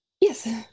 Yes